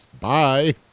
Bye